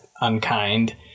unkind